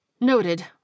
Noted